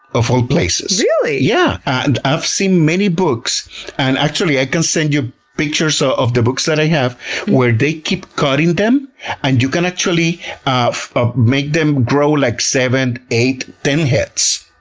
of all places. really? yeah. and i've seen many books and actually i can send you pictures ah of the books that i have where they keep cutting them and you can actually ah make them grow like seven, eight, ten heads.